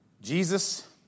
Jesus